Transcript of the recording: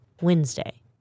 Wednesday